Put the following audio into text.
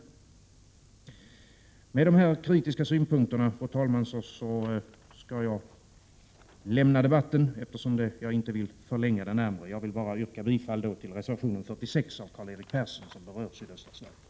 Fru talman! Med dessa kritiska synpunkter skall jag lämna debatten, eftersom jag inte vill förlänga den ytterligare. Jag yrkar bifall till reservation 46 av Karl-Erik Persson, vilken reservation berör sydöstra Sverige.